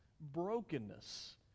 brokenness